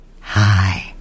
Hi